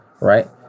right